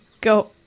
go